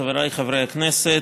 חבריי חברי הכנסת,